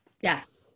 Yes